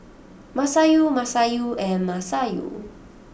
Masayu Masayu and Masayu